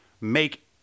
Make